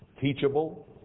teachable